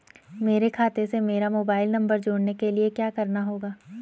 मेरे खाते से मेरा मोबाइल नम्बर जोड़ने के लिये क्या करना होगा?